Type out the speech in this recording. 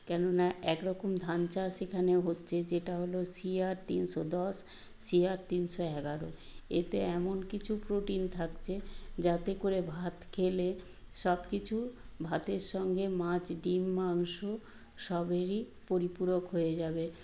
কেননা একরকম ধান চাষ সেখানে হচ্ছে যেটা হলো শিয়ার তিনশো দশ শিয়ার তিনশো এগারো এতে এমন কিছু প্রোটিন থাকছে যাতে করে ভাত খেলে সব কিছু ভাতের সঙ্গে মাছ ডিম মাংস সবেরই পরিপূরক হয়ে যাবে